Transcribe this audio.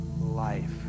life